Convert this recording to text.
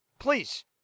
Please